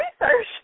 research